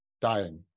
dying